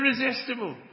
irresistible